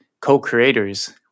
co-creators